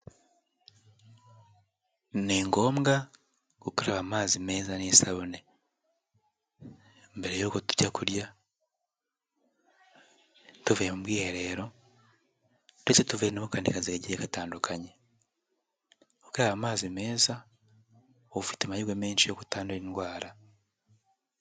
Ni ngombwa gukaraba amazi meza n'isabune mbere yuko tujya kurya, tuvuye mu bwiherero ndetse tuvuye no mu kandi kazi kagiye gatandukanye, gukaraba amazi meza uba ufite amahirwe menshi yo gutandura indwara.